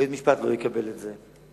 בית-המשפט לא יקבל את זה.